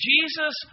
Jesus